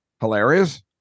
hilarious